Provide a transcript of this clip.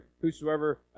whosoever